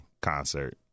concert